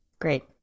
Great